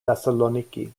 thessaloniki